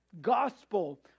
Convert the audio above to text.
gospel